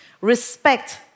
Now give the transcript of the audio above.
Respect